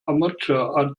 amateur